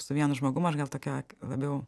su vienu žmogum aš gal tokia labiau